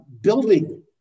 building